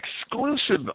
exclusive